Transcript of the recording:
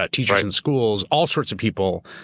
ah teachers in schools, all sorts of people.